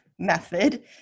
Method